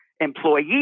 employees